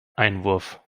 einwurf